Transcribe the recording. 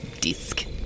disc